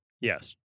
Yes